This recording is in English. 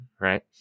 right